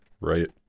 right